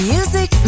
Music